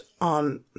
on